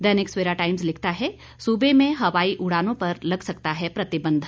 दैनिक Savera times लिखता है सूबे में हवाई उड़ानों पर लग सकता है प्रतिबंध